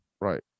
Right